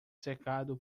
cercado